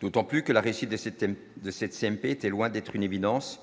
d'autant plus que la réussite de ses thèmes de cette CMP était loin d'être une évidence